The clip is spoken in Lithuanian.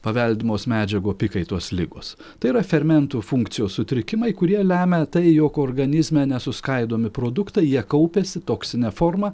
paveldimos medžiagų apykaitos ligos tai yra fermentų funkcijos sutrikimai kurie lemia tai jog organizme nesuskaidomi produktai jie kaupiasi toksine forma